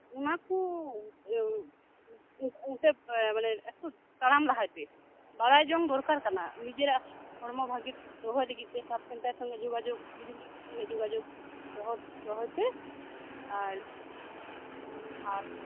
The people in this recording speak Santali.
ᱚᱱᱟᱠᱩ ᱚᱱᱛᱮ ᱮᱠᱴᱩ ᱛᱟᱲᱟᱢ ᱞᱟᱦᱟᱭᱯᱮ ᱵᱟᱲᱟᱭᱡᱚᱝ ᱫᱚᱨᱠᱟᱨ ᱠᱟᱱᱟ ᱱᱤᱡᱮᱨᱟᱜ ᱦᱚᱲᱢᱚ ᱵᱷᱟ ᱜᱤ ᱫᱚᱦᱚᱭ ᱞᱟᱹᱜᱤᱫ ᱛᱮ ᱥᱟᱵᱥᱮᱱᱴᱟᱨ ᱥᱚᱸᱜᱮ ᱡᱚᱜᱟᱡᱩᱜ ᱫᱤᱫᱤᱢᱩᱱᱤ ᱠᱚ ᱥᱟᱞᱟᱜ ᱡᱚᱜᱟᱡᱚᱜ ᱫᱚᱦᱚᱭᱯᱮ ᱟᱨ ᱟᱨ